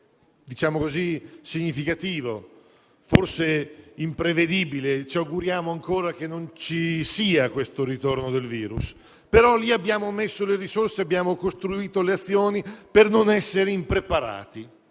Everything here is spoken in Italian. che fosse significativo, imprevedibile. Ci auguriamo ancora che non ci sia questo ritorno del virus, però lì abbiamo messo le risorse, abbiamo costruito le azioni per non essere impreparati.